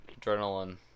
Adrenaline